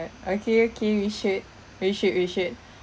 okay okay we should we should we should